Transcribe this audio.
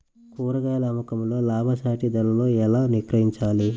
కూరగాయాల అమ్మకంలో లాభసాటి ధరలలో ఎలా విక్రయించాలి?